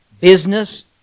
business